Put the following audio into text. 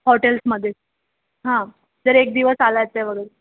हॉटेल्समध्ये हां जर एक दिवस आला आहेत ते वगैरे